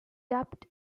dubbed